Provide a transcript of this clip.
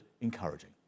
encouraging